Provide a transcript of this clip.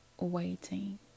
waiting